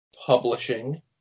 publishing